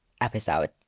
episode